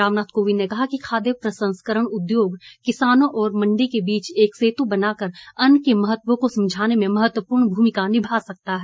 रामनाथ कोविंद ने कहा कि खाद्य प्रसंस्करण उद्योग किसानों और मंडी के बीच एक सेतु बनाकर अन्न के महत्व को समझाने में महत्वपूर्ण भूमिका निभा सकता है